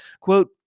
Quote